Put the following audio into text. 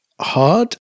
hard